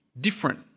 different